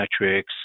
metrics